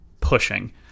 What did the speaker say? pushing